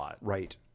right